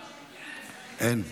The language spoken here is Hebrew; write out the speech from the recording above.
אין.